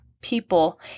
people